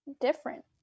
different